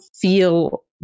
feel